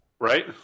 Right